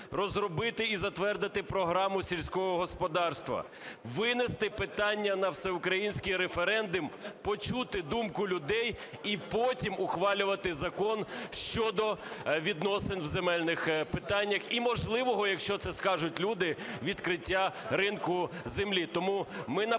розробити і затвердити програму сільського господарства, винести питання на всеукраїнський референдум, почути думку людей - і потім ухвалювати закон щодо відносин в земельних питаннях і можливого, якщо це скажуть люди, відкриття ринку землі.